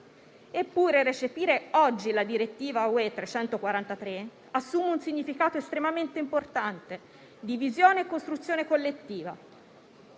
Eppure, recepire oggi la direttiva europea n. 343 del 2016 assume un significato estremamente importante di visione e costruzione collettiva.